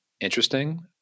interesting